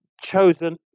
chosen